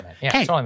Hey